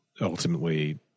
Ultimately